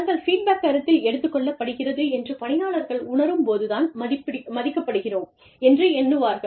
தங்கள் ஃபீட்பேக் கருத்தில் எடுத்துக் கொள்ளப்படுகிறது என்று பணியாளர்கள் உணரும் போது தாம் மதிக்கப்படுகிறோம் என்று எண்ணுவார்கள்